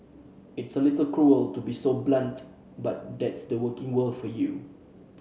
it's a little cruel to be so blunt but that's the working world for you